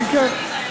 כן, כן.